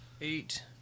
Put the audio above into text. Eight